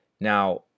Now